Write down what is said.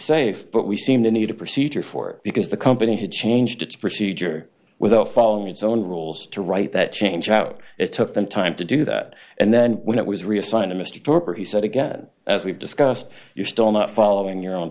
safe but we seem to need a procedure for because the company had changed its procedure without following its own rules to write that change out it took them time to do that and then when it was reassigned to mr thorpe or he said again as we've discussed you're still not following your own